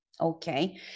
Okay